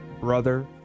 brother